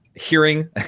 hearing